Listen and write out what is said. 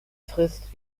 frist